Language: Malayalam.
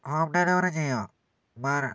ഹോം ഡെലിവറി ചെയ്യുമോ